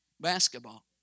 basketball